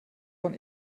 von